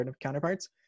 counterparts